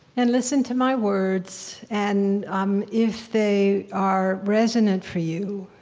and listen to my words, and um if they are resonant for you,